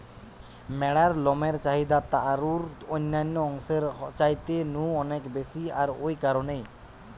ম্যাড়ার লমের চাহিদা তারুর অন্যান্য অংশের চাইতে নু অনেক বেশি আর ঔ কারণেই